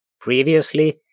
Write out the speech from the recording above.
Previously